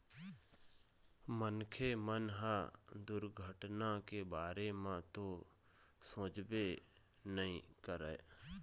मनखे मन ह दुरघटना के बारे म तो सोचबे नइ करय